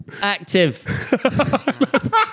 active